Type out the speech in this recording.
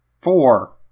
Four